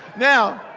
now,